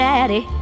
Daddy